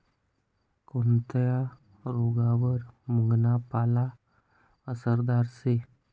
कोनता रोगवर मुंगना पाला आसरदार शे